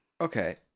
okay